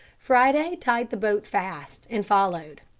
friday tied the boat fast, and followed.